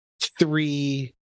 three